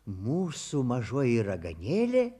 mūsų mažoji raganėlė